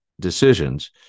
decisions